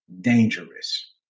dangerous